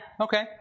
Okay